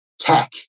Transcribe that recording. tech